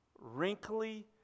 wrinkly